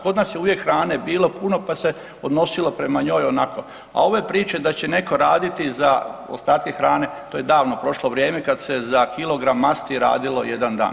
Kod nas je uvijek hrane bilo puno pa se odnosilo prema onako, a ove priče da će neko raditi za ostatke hrane, to je davno prošlo vrijeme kada se za kilogram masti radilo jedan dan.